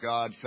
God